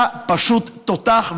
אתה פשוט תותח,